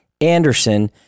Anderson